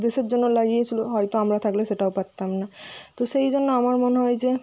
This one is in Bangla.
দেশের জন্য লাগিয়েছিলো হয়ত আমরা থাকলে সেটাও পারতাম না তো সেই জন্য আমার মনে হয় যে